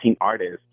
artists